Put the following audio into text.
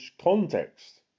context